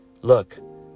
look